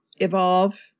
Evolve